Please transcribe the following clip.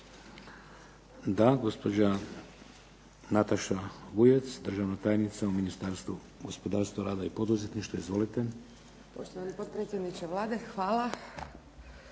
Da. Gospođa Nataša Vujec, državna tajnica u Ministarstvu gospodarstva, rada i poduzetništva. Izvolite. **Vujec, Nataša** Poštovani potpredsjedniče Vlade, hvala.